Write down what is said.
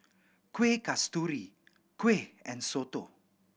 Kueh Kasturi kuih and soto